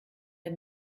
der